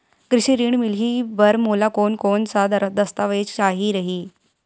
कृषि ऋण मिलही बर मोला कोन कोन स दस्तावेज चाही रही?